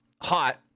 hot